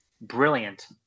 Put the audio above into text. brilliant